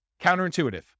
Counterintuitive